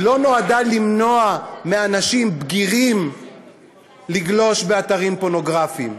היא לא נועדה למנוע מאנשים בגירים לגלוש באתרים פורנוגרפיים.